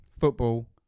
Football